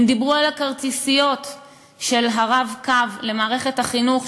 הם דיברו על הכרטיסיות של ה"רב-קו" למערכת החינוך,